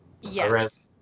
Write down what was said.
Yes